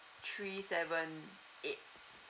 three seven eight